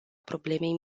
problemei